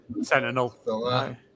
Sentinel